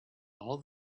all